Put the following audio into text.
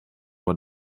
wat